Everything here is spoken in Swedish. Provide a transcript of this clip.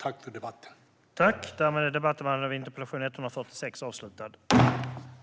Tack för debatten!